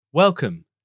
Welcome